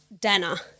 Dana